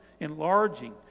Enlarging